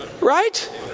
Right